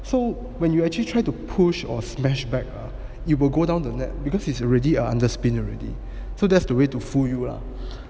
so when you actually try to push or smashed back ah you will go down the net because it's already a underspin already so that's the way to fool you lah